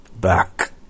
back